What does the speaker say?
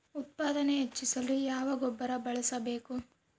ಉತ್ಪಾದನೆ ಹೆಚ್ಚಿಸಲು ಯಾವ ಗೊಬ್ಬರ ಬಳಸಬೇಕು?